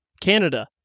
Canada